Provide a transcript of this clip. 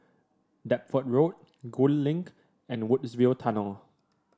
Deptford Road Gul Link and Woodsville Tunnel